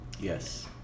Yes